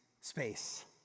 space